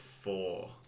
four